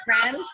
friends